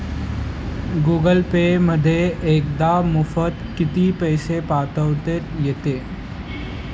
Google Pay मार्फत एका वेळी किती पैसे पाठवता येतात?